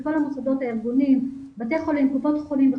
את כל המוסדות הארגוניים: קופות חולים,